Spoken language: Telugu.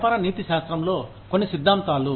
వ్యాపార నీతిశాస్త్రంలో కొన్ని సిద్ధాంతాలు